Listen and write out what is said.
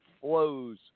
flows